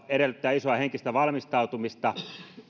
edellyttää isoa henkistä valmistautumista